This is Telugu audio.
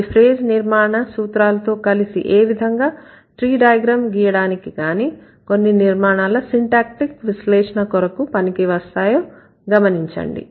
అవి ఫ్రేజ్ నిర్మాణ సూత్రాలతో కలిసి ఏ విధంగా ట్రీ డయాగ్రామ్ గీయడానికి కానీ కొన్ని నిర్మాణాల సిన్టాక్టీక్ విశ్లేషణ కొరకు పనికివస్తాయో గమనించండి